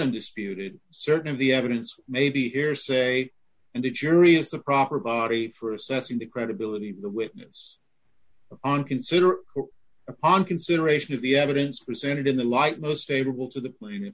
in disputed certain of the evidence may be hearsay and the jury is the proper body for assessing the credibility of the witness on consider upon consideration of the evidence presented in the light most favorable to the pla